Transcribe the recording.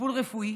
לטיפול רפואי